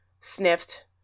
sniffed